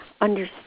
understand